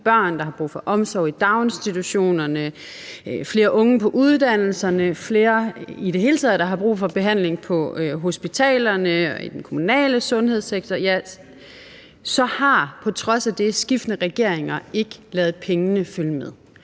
børn, der har brug for omsorg i daginstitutionerne; flere unge på uddannelserne; flere, der i det hele taget har brug for behandling på hospitalerne og i den kommunale sundhedssektor. På trods af det har skiftende regeringer ikke ladet pengene følge med.